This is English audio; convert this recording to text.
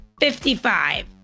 55